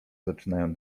zaczynają